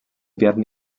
werden